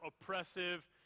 oppressive